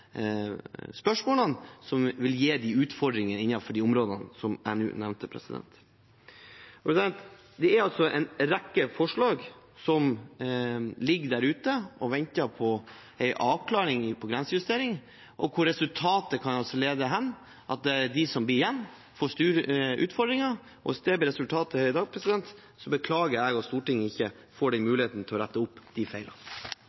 spørsmålene, som vil gi de utfordringene innenfor de områdene som jeg nå nevnte. Det er en rekke forslag om grensejustering som ligger der ute og venter på en avklaring, og hvor resultatet kan lede til at de som blir igjen, får store utfordringer. Hvis det blir resultatet i dag, beklager jeg at Stortinget ikke får